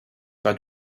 pas